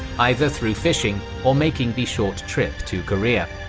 either through fishing or making the short trip to korea.